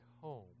home